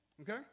okay